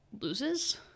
loses